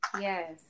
Yes